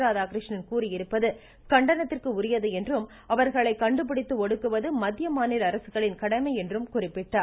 ராதாகிருஷ்ணன் கூறியிருப்பது கண்டனத்திற்கு உரியது என்றும் அவர்களை கண்டுபிடித்து ஒடுக்குவது மத்திய மாநில அரசுகளின் கடமை என்றும் குறிப்பிட்டார்